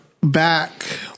back